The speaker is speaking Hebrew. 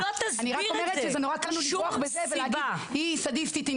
אני רק אומרת שקל לנו לברוח ולהגיד: היא סדיסטית,